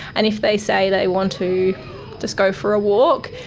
and if they say they want to just go for a walk,